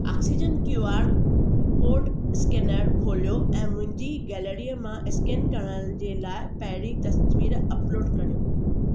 oxygen Q R code scanner खोलियो ऐं मुंहिंजी गैलरीअ मां स्केन करण जे लाइ पहिरीं तस्वीर अप्लोड करियो